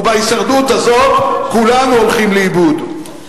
ובהישרדות הזאת כולנו הולכים לאיבוד.